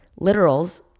Literals